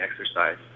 exercise